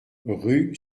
rue